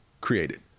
created